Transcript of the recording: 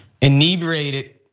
Inebriated